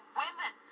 women